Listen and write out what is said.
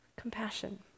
compassion